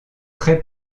très